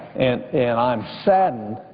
and and i am saddened,